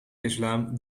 islam